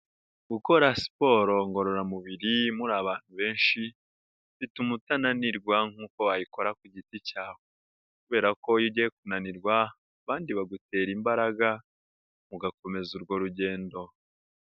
Gukora siporo ngororamubiri muri abantu benshi, bituma utananirwa nkuko wayikora ku giti cyawe kubera ko iyo ugiye kunanirwa abandi bagutera imbaraga ugakomeza urwo rugendo.